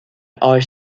are